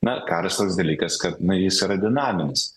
na karas toks dalykas kad jis yra dinaminis